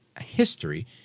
history